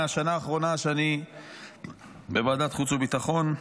מהשנה האחרונה שאני בוועדת החוץ והביטחון,